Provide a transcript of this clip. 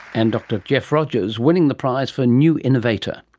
and dr geoff rogers, winning the prize for new innovator.